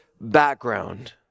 background